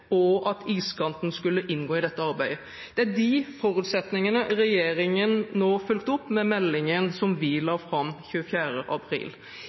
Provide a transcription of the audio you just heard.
og at iskanten skulle inngå i dette arbeidet. Det er de forutsetningene regjeringen nå har fulgt opp med meldingen som vi la fram 24. april.